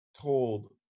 told